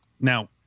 now